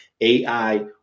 AI